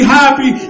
happy